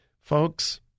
Folks